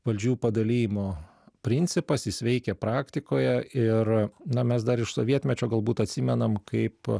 valdžių padalijimo principas jis veikė praktikoje ir na mes dar iš sovietmečio galbūt atsimenam kaip